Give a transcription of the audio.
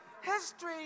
history